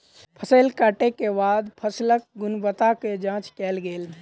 फसिल कटै के बाद फसिलक गुणवत्ताक जांच कयल गेल